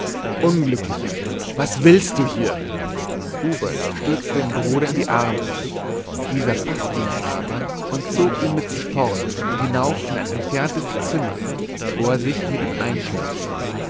unglücklicher was willst du hier hubert stürzte dem bruder in die arme dieser faßte ihn aber und zog ihn mit sich fort und hinauf in ein entferntes zimmer wo er sich mit ihm